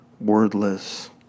wordless